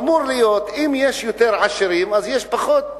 אמור להיות: אם יש יותר עשירים אז יש פחות עניים.